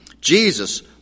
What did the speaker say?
jesus